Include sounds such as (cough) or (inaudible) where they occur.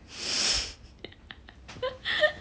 (laughs)